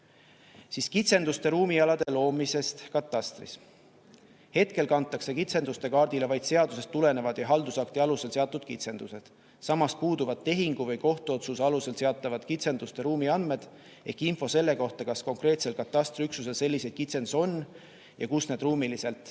Kitsenduste ruumialade loomisest katastris. Hetkel kantakse kitsenduste kaardile vaid seadusest tulenevad ja haldusakti alusel seatud kitsendused. Samas puuduvad tehingu või kohtuotsuse alusel seatavad kitsenduste ruumiandmed ehk info selle kohta, kas konkreetsel katastriüksusel selliseid kitsendusi on ja kus need ruumiliselt asuvad.